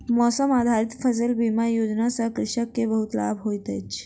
मौसम आधारित फसिल बीमा योजना सॅ कृषक के बहुत लाभ होइत अछि